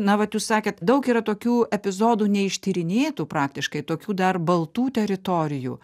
na vat jūs sakėt daug yra tokių epizodų neištyrinėtų praktiškai tokių dar baltų teritorijų